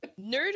Nerd